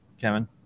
Kevin